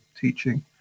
teaching